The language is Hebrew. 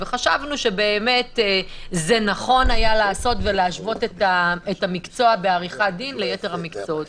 חשבנו שבאמת היה נכון להשוות את המקצוע בעריכת דין ליתר המקצועות.